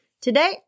Today